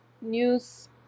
news